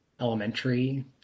elementary